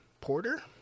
Porter